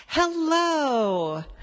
Hello